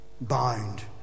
bound